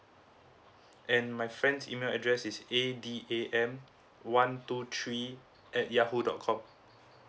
and my friend's email address is a d a m one two three at yahoo dot com